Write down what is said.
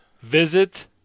Visit